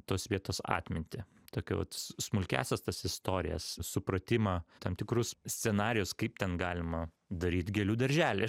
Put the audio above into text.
tos vietos atmintį tokią vat smulkiąsias tas istorijas supratimą tam tikrus scenarijus kaip ten galima daryt gėlių darželį